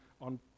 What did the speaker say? on